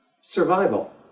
survival